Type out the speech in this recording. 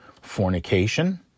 fornication